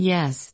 Yes